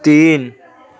تین